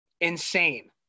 Insane